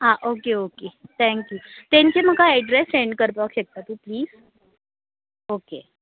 आं okay okay thank you तेंचे म्हाका एड्रेस सेंड करपाक शकता तूं प्लीज ओके